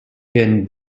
can